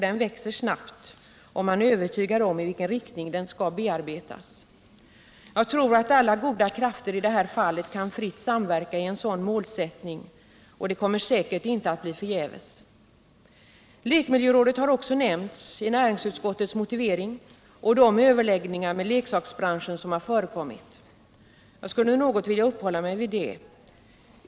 Den växer snabbt, och man vet i vilken riktning den skall bearbetas. Jag tror att alla goda krafter i det här fallet kan fritt samverka i en sådan målsättning, och det kommer säkert inte att bli förgäves. Lekmiljörådet har nämnts i näringsutskottets motivering, liksom de överläggningar med leksaksbranschen som har förekommit. Jag skulle något vilja uppehålla mig vid detta.